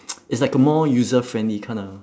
it's like a more user friendly kinda